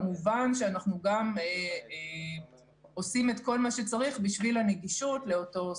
כמובן שאנחנו גם עושים את כל מה שצריך בשביל הנגישות לאותו שדה.